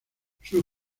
sus